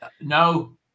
No